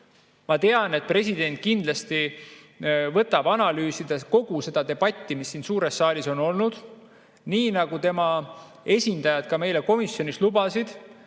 Ma tean, et president kindlasti võtab analüüsida kogu seda debatti, mis siin suures saalis on olnud. Nii nagu tema esindajad ka meile komisjonis lubasid,